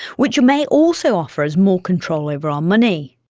which may also offer us more control over our money.